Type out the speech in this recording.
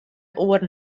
oaren